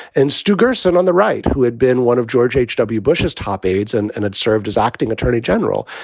and stu gerson on the right, who had been one of george h w. bush's top aides and and had served as acting attorney general.